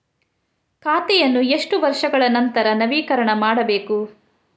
ಖಾತೆಯನ್ನು ಎಷ್ಟು ವರ್ಷಗಳ ನಂತರ ನವೀಕರಣ ಮಾಡಬೇಕು?